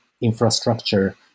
infrastructure